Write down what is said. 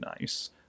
nice